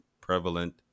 prevalent